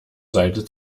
seite